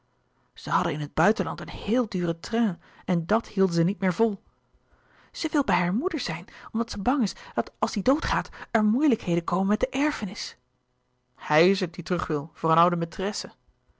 ze hadden in het buitenland een heele dure train en dàt hielden ze niet meer vol louis couperus de boeken der kleine zielen ze wil bij haar moeder zijn omdat ze bang is dat als die doodgaat er moeilijkheden komen met de erfenis hij is het die terug wil voor een oude maîtresse